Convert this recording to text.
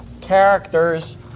characters